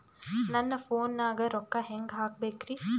ನನ್ನ ಫೋನ್ ನಾಗ ರೊಕ್ಕ ಹೆಂಗ ಹಾಕ ಬೇಕ್ರಿ?